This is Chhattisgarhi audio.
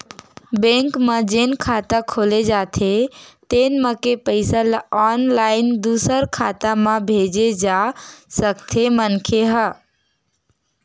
बेंक म जेन खाता खोले जाथे तेन म के पइसा ल ऑनलाईन दूसर खाता म भेजे जा सकथे मनखे ह